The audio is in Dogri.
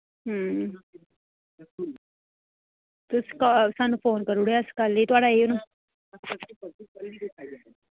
तुस का स्हानू फोन करूड़ेओ अस कल ही थुआढ़ै आई जाना